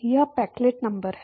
यह पेकलेट नंबर है